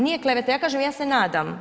Nije kleveta, ja kažem, ja se nadam.